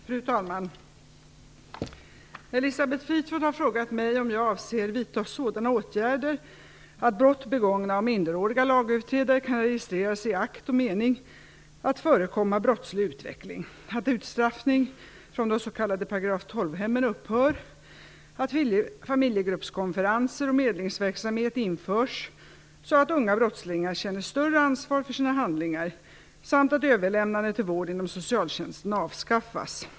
Fru talman! Elisabeth Fleetwood har frågat mig om jag avser att vidta sådana åtgärder att brott begångna av minderåriga lagöverträdare kan registreras i akt och mening att förekomma brottslig utveckling, att utstraffning från de s.k. § 12-hemmen upphör, att familjegruppskonferenser och medlingsverksamhet införs, så att unga brottslingar känner större ansvar för sina handlingar samt att överlämnande till vård inom socialtjänsten avskaffas.